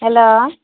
hello